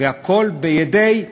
והכול בידי,